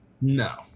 No